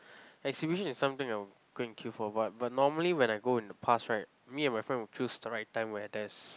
exhibition is something I will go and queue for what but normally when I go in the past right me and my friend will choose the right time where there's